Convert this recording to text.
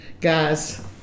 guys